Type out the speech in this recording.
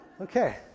Okay